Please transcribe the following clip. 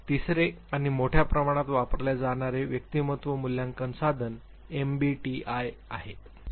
तिसरे आणि मोठ्या प्रमाणात वापरले जाणारे व्यक्तिमत्व मूल्यांकन साधन एमबीटीआय आहे